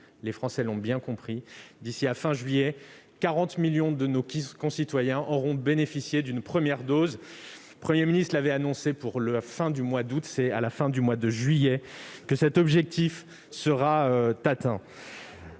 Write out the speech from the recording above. les Français l'ont bien compris : d'ici à la fin du mois de juillet, 40 millions de nos concitoyens auront bénéficié d'une première dose de vaccin. M. le Premier ministre l'avait annoncé pour la fin du mois d'août, mais c'est bien à la fin du mois de juillet que cet objectif sera atteint.